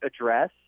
address